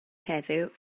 heddiw